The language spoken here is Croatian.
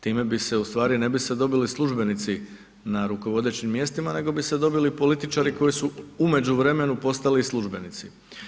Time bi se ustvari, ne bi se dobili službenici na rukovodećim mjestima nego bi se dobili političari koji su u međuvremenu postali i službenici.